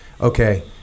Okay